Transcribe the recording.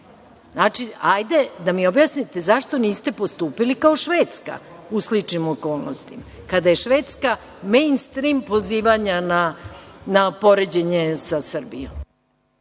razloga. Hajde da mi objasnite zašto niste postupili kao Švedska u sličnim okolnostima kada je Švedska mejn-strim pozivanja na poređenje sa Srbijom.